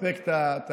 לספק את השירות